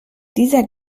dieser